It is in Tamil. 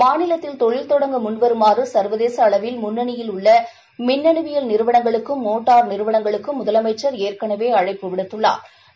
மாநிலத்தில் தொழில் தொடங்க முன்வருமாறு சள்வதேச அளவில் முன்னணியில் உள்ள மின்னுவியல் நிறுவனங்களுக்கும் மோட்டார் நிறுவனங்களுக்கும் முதலமைச்சர் ஏற்கனவே அழைப்பு விடுத்துள்ளா்